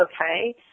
okay